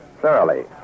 thoroughly